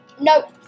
No